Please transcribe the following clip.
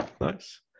Nice